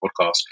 podcast